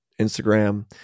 Instagram